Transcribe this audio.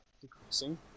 decreasing